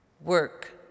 Work